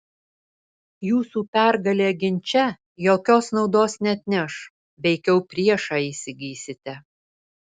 jūsų pergalė ginče jokios naudos neatneš veikiau priešą įsigysite